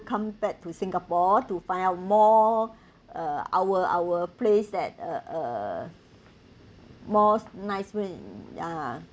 come back to singapore to find out more uh our our place that uh uh most nice way ya